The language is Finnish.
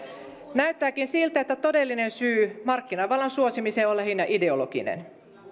näyttääkin siltä että todellinen syy markkinavallan suosimiseen on lähinnä ideologinen